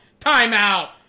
Timeout